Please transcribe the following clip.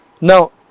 Now